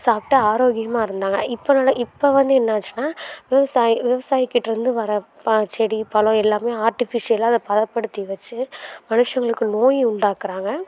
சாப்பிட்டு ஆரோக்கியமாக இருந்தாங்க இப்போ என்னன்னா இப்போ வந்து என்னாச்சுனா விவசாயி விவசாயிக்கிட்டருந்து வர பா செடி பழம் எல்லாமே ஆர்டிஃபிஷியலாக அதை பதப்படுத்தி வச்சு மனுஷங்களுக்கு நோயை உண்டாக்குறாங்க